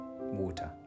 water